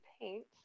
paint